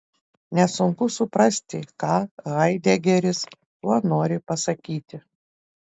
nesunku suprasti ką haidegeris tuo nori pasakyti